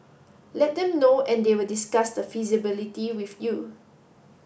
let them know and they will discuss the feasibility with you